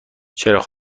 چراغ